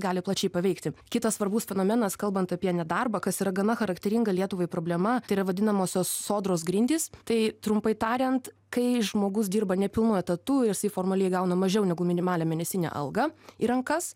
gali plačiai paveikti kitas svarbus fenomenas kalbant apie nedarbą kas yra gana charakteringa lietuvai problema tai yra vadinamosios sodros grindys tai trumpai tariant kai žmogus dirba nepilnu etatu ir jisai formaliai gauna mažiau negu minimalią mėnesinę algą į rankas